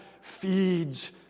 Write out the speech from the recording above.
feeds